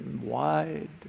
wide